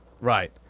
Right